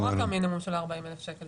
זה לא רק המינימום של 40 אלף שקל